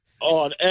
On